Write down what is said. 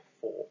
four